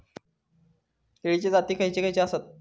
केळीचे जाती खयचे खयचे आसत?